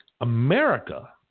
America